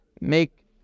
make